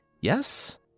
yes